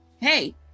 hey